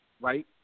Right